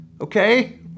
okay